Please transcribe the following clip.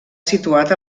situat